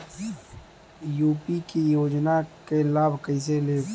UP क योजना क लाभ कइसे लेब?